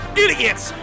idiots